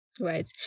right